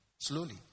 slowly